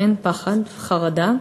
כן, פחד, חרדה.